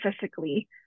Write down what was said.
physically